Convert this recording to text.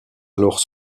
alors